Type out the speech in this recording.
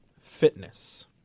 fitness